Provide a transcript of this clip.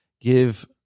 give